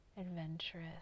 adventurous